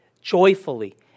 joyfully